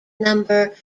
number